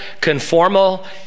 conformal